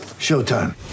Showtime